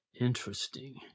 Interesting